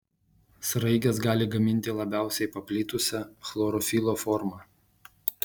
sraigės gali gaminti labiausiai paplitusią chlorofilo formą